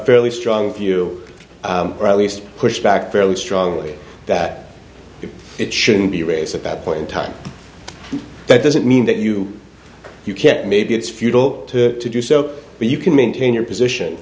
fairly strong view or at least push back fairly strongly that it shouldn't be race at that point in time that doesn't mean that you you can't maybe it's futile to do so but you can maintain your